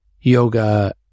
yoga